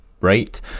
right